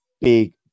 big